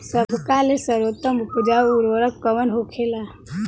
सबका ले सर्वोत्तम उपजाऊ उर्वरक कवन होखेला?